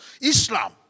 Islam